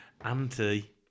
Anti